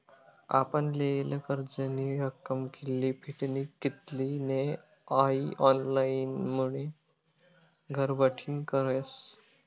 आपण लेयेल कर्जनी रक्कम कित्ली फिटनी कित्ली नै हाई ऑनलाईनमुये घरबठीन कयस